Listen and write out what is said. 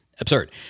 absurd